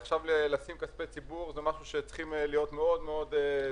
עכשיו להשקיע כספי ציבור זה משהו שצריכים להיות מאוד מאוד זהירים.